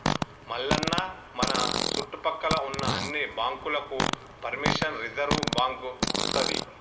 మల్లన్న మన సుట్టుపక్కల ఉన్న అన్ని బాంకులకు పెర్మిషన్ రిజర్వ్ బాంకు ఇత్తది